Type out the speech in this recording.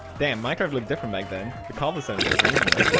damn mike. i've looked different back. then we call the sun is everyone in there?